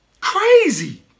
Crazy